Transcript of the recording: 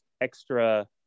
extra